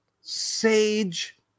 sage